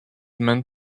meant